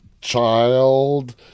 child